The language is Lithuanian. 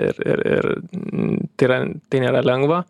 ir ir ir tai yra tai nėra lengva